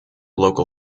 local